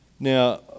Now